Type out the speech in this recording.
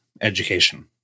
education